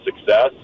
success